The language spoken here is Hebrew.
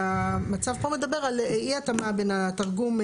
והמצב פה מדבר על אי התאמה בין התרגום,